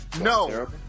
No